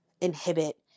inhibit